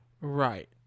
right